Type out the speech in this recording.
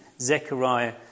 Zechariah